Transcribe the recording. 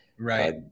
Right